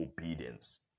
obedience